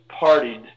partied